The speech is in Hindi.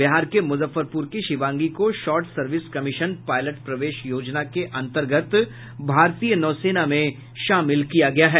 बिहार के मुजफ्फरपुर की शिवांगी को शार्ट सर्विस कमीशन पायलट प्रवेश योजना के अंतर्गत भारतीय नौसेना में शामिल किया गया है